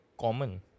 common